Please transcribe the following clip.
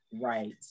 Right